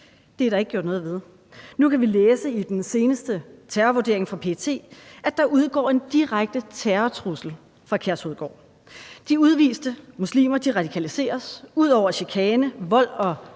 Det er der ikke blevet gjort noget ved. Nu kan vi læse i den seneste terrorvurdering fra PET, at der udgår en direkte terrortrussel fra Kærshovedgård. De udviste muslimer radikaliseres. Ud over chikane, vold og